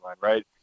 right